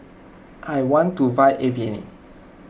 I want to buy Avene